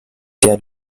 der